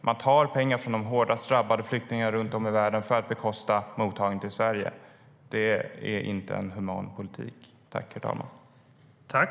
Man tar pengar från de hårdast drabbade flyktingarna runt om i världen för att bekosta mottagandet i Sverige. Det är inte en human politik.